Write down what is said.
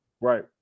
Right